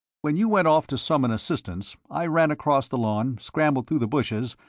when you went off to summon assistance i ran across the lawn, scrambled through the bushes,